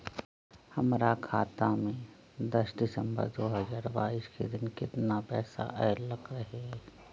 हमरा खाता में दस सितंबर दो हजार बाईस के दिन केतना पैसा अयलक रहे?